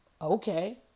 Okay